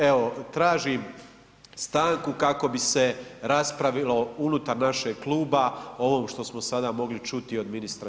Evo, tražim stanku kako bi se raspravilo unutar našega kluba o ovom što smo sada mogli čuti od ministra